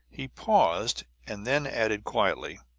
he paused, and then added quietly,